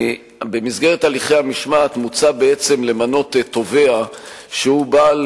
במסגרת הליכי המשמעת מוצע בעצם למנות תובע שהוא בעל